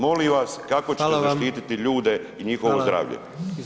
Molim vas kako ćete [[Upadica: Hvala vam]] zaštiti ljude i njihovo zdravlje?